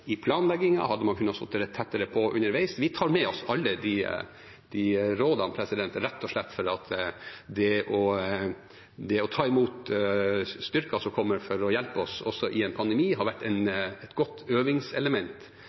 underveis. Vi tar med oss alle de rådene, rett og slett fordi det å ta imot styrker som kommer for å hjelpe oss, også i en pandemi, har vært et godt øvingselement.